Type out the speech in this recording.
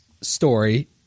story